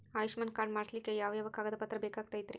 Ayushman card ಮಾಡ್ಸ್ಲಿಕ್ಕೆ ಯಾವ ಯಾವ ಕಾಗದ ಪತ್ರ ಬೇಕಾಗತೈತ್ರಿ?